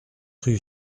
rue